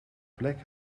plek